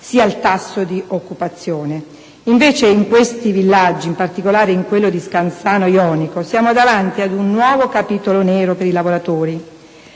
sia al tasso di occupazione. Invece, in questi villaggi, in particolare in quello di Scanzano Jonico, siamo davanti ad un nuovo capitolo nero per i lavoratori.